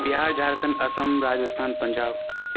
Bihar Jharkhand Assam Rajasthan Punjab